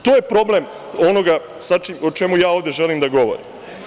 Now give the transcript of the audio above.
To je problem onoga o čemu ja ovde želim da govorim.